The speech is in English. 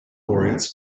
laureates